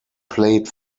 played